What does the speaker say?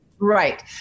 Right